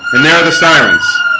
and there are the sirens,